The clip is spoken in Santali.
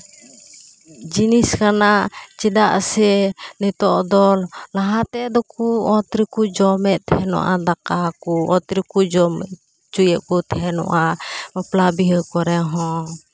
ᱡᱤᱱᱤᱥ ᱠᱟᱱᱟ ᱪᱮᱫᱟᱜ ᱥᱮ ᱱᱤᱛᱳᱜ ᱫᱚ ᱞᱟᱦᱟᱛᱮ ᱫᱚᱠᱚ ᱚᱛ ᱨᱮᱠᱚ ᱡᱚᱢᱮᱫ ᱛᱟᱦᱮᱱᱚᱜᱼᱟ ᱫᱟᱠᱟ ᱠᱚ ᱚᱛ ᱨᱮᱠᱚ ᱡᱚᱢ ᱚᱪᱚᱭᱮᱫ ᱠᱚ ᱛᱟᱦᱮᱱᱚᱜᱼᱟ ᱵᱟᱯᱞᱟ ᱵᱤᱦᱟ ᱠᱚᱨᱮ ᱦᱚᱸ